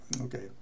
Okay